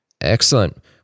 Excellent